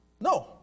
No